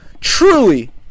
truly